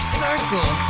circle